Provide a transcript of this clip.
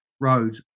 road